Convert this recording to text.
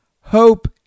Hope